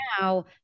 Now